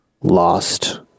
lost